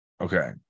Okay